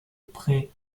près